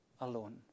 alone